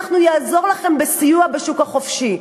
אנחנו נעזור לכם בשכירות בשוק החופשי.